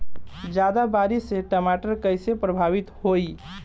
ज्यादा बारिस से टमाटर कइसे प्रभावित होयी?